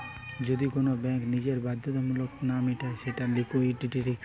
যদি কোন ব্যাঙ্ক নিজের বাধ্যবাধকতা না মিটায় সেটা লিকুইডিটি রিস্ক